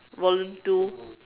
volume two